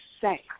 say